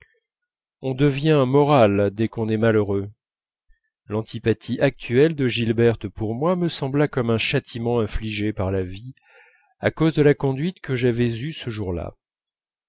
on devient moral dès qu'on est malheureux l'antipathie actuelle de gilberte pour moi me sembla comme un châtiment infligé par la vie à cause de la conduite que j'avais eue ce jour-là